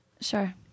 Sure